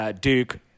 Duke